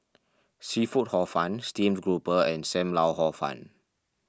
Seafood Hor Fun Steamed Grouper and Sam Lau Hor Fun